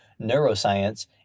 neuroscience